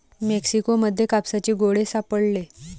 Mexico मध्ये कापसाचे गोळे सापडले